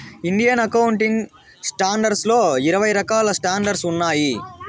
Indian accounting standards లో ఇరవై రకాల స్టాండర్డ్స్ ఉన్నాయి